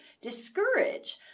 discourage